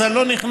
אז אני לא נכנס